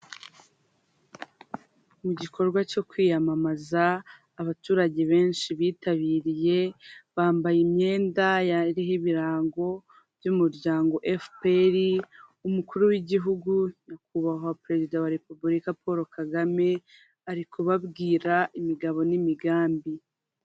Mu gikorwa cyo kwiyamamaza abaturage benshi bitabiriye bambaye imyenda yariho ibirango by'umuryango efuperi, umukuru w'igihugu nyakubahwa perezida wa repubulika Paul Kagame ari kubabwira imigabo n'imigambi.